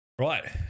Right